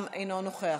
גם אינו נוכח.